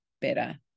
better